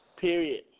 period